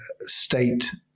state